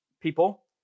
people